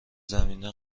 زمینه